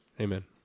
Amen